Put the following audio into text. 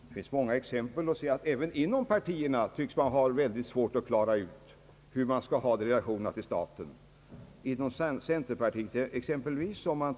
Det finns många exempel på att man även inom partierna tycks ha svårt att klara ut hur man skall ha det med relationerna till staten.